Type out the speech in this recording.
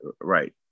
right